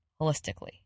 holistically